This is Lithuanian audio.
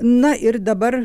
na ir dabar